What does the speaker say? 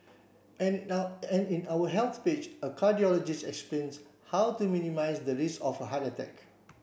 and now and in our health page a cardiologist explains how to minimise the risk of a heart attack